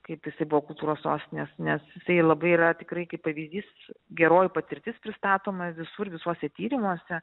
kaip jisai buvo kultūros sostinės nes jisai labai yra tikrai kaip pavyzdys geroji patirtis pristatoma visur visuose tyrimuose